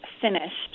finished